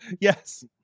yes